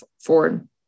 forward